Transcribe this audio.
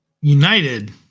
United